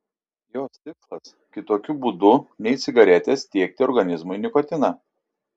jos tikslas kitokiu būdu nei cigaretės tiekti organizmui nikotiną